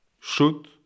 Shoot